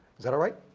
that all right?